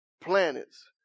planets